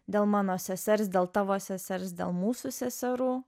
dėl mano sesers dėl tavo sesers dėl mūsų seserų